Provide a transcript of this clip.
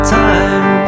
time